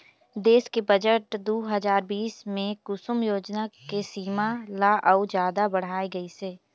देस के बजट दू हजार बीस मे कुसुम योजना के सीमा ल अउ जादा बढाए गइसे